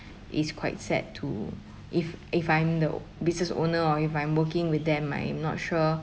it's quite sad to if if I'm the business owner or if I'm working with them I am not sure